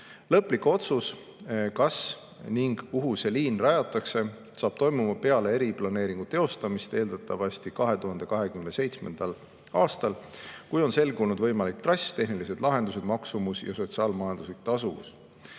Lõplik otsus, kas ning kuhu see liin rajatakse, saab toimuma peale eriplaneeringu teostamist, eeldatavasti 2027. aastal, kui on selgunud võimalik trass, tehnilised lahendused, maksumus ja sotsiaal-majanduslik tasuvus.